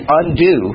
undo